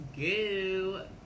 go